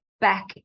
Back